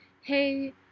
hey